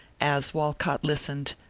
as walcott listened,